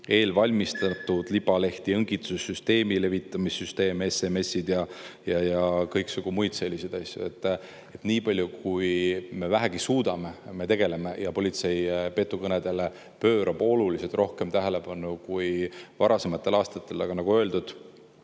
eelvalmistatud libalehti, õngitsussüsteemi levitamise süsteemi, SMS-e ja kõiksugu muid selliseid asju. Nii palju, kui me vähegi suudame, me tegeleme [selle teemaga]. Politsei pöörab petukõnedele oluliselt rohkem tähelepanu kui varasematel aastatel. Aga nagu öeldud,